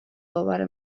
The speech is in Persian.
دوباره